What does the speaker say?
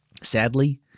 sadly